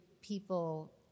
people